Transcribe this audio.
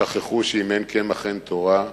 שכחו שאם אין קמח אין תורה.